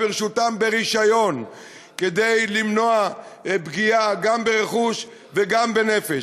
ברשותם ברישיון כדי למנוע פגיעה גם ברכוש וגם בנפש.